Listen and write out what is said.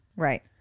Right